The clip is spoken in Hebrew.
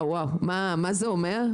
מה זה אומר?